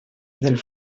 del